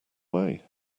way